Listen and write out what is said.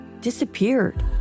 disappeared